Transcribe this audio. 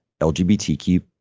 LGBTQ